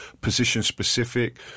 position-specific